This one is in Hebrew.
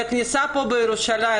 בכניסה פה לירושלים,